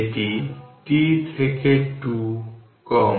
এটি t থেকে 2 কম